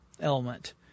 element